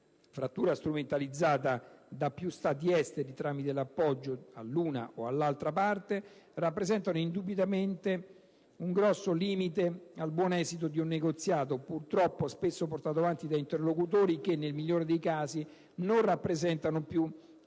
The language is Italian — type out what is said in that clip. frattura strumentalizzata da più Stati esteri tramite l'appoggio all'una o all'altra parte, rappresentano indubitabilmente un grosso limite al buon esito di un negoziato, purtroppo spesso portato avanti da interlocutori che, nel migliore dei casi, non rappresentano più